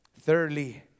Thirdly